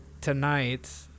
tonight